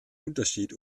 unterschied